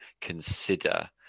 consider